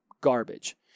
garbage